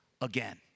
again